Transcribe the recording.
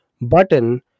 button